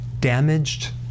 damaged